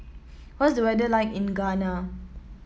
what's the weather like in Ghana